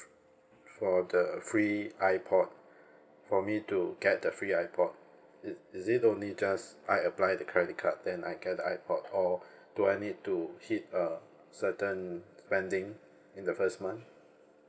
for the free ipod for me to get the free ipod it is it only just I apply the credit card then I get the ipod or do I need to hit a certain spending in the first month